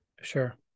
sure